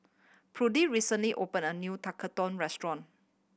Prudie recently opened a new Tekkadon restaurant